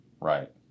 Right